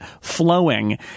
flowing